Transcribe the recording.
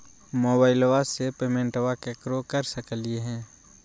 मोबाइलबा से पेमेंटबा केकरो कर सकलिए है?